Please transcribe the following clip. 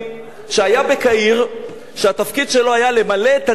שהיה בקהיר והתפקיד שלו היה למלא את התיקים